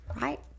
right